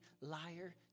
liar